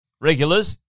regulars